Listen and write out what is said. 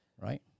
right